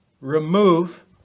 remove